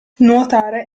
nuotare